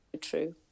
true